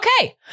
Okay